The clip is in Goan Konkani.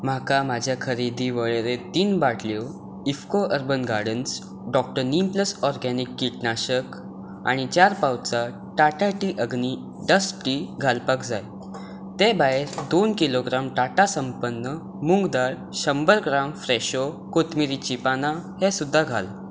म्हाका म्हाज्या खरेदी वळेरेंत तीन बाटल्यो IFFCO Urban Gardens doctor neem plus organic किटनाशक आनी चार पावचां Tata Tea Agni Dust Tea घालपाक जाय ते भायर दोन किलोग्राम टाटा संपन्न मूग दाळ शंबर ग्राम फ्रॅशो कोथमिरिचीं पानां हें सुद्दां घाल